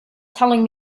telling